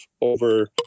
over